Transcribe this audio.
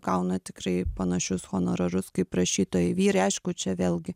gauna tikrai panašius honorarus kaip rašytojai vyrai aišku čia vėlgi